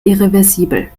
irreversibel